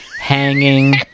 hanging